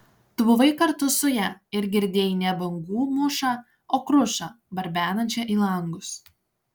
tu buvai kartu su ja ir girdėjai ne bangų mūšą o krušą barbenančią į langus